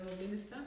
Minister